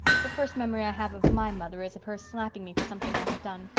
the first memory i have of my mother is of her slapping me for something i had done.